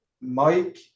Mike